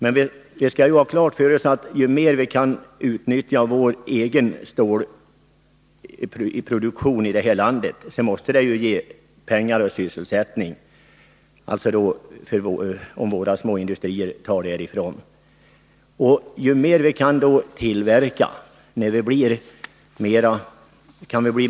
Vi skall emellertid ha klart för oss att ju mer våra småindustrier kan utnyttja vår egen stålproduktion här i landet, desto mer pengar och sysselsättning ger det här hemma. Ju mer vi kan tillverka, desto mer konkurrenskraftiga kan vi bli.